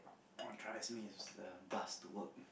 what drives me is the bus to work